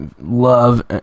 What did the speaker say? love